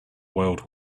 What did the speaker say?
world